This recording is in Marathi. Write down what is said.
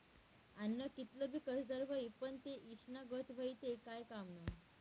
आन्न कितलं भी कसदार व्हयी, पन ते ईषना गत व्हयी ते काय कामनं